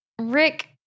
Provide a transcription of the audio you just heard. Rick